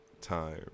Time